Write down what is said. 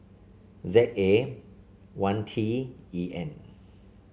Z A one T E N